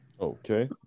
Okay